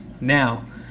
Now